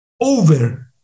over